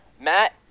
Matt